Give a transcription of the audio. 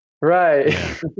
right